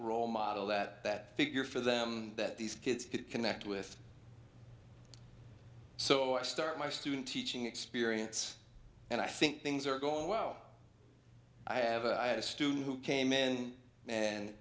role model that that figure for them that these kids could connect with so i start my student teaching experience and i think things are going well i have a i had a student who came in and